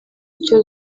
icyo